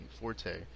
forte